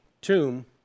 tomb